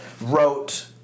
wrote